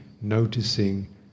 noticing